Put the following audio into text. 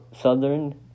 Southern